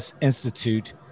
Institute